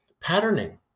patterning